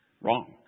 wrong